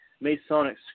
masonic